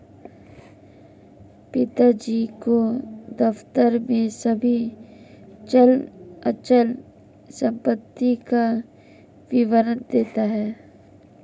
पिताजी को दफ्तर में सभी चल अचल संपत्ति का विवरण देना है